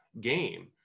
game